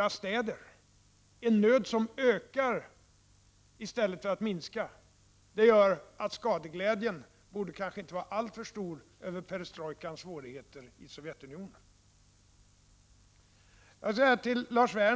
nöden, en nöd som ökar i stället för att minska, demonstrerad i Förenta Staternas stora städer, borde göra att skadeglädjen över perestrojkans svårigheter i Sovjetunionen inte borde vara allt för stor.